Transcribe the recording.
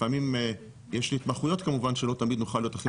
לפעמים יש התמחויות כמובן שלא תמיד נוכל להיות הכי